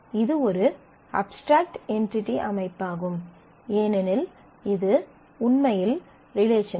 இது ஒரு abstract entity அமைப்பாகும் ஏனெனில் இது உண்மையில் ரிலேஷன்ஷிப்